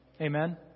Amen